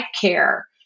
care